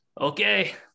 okay